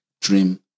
dream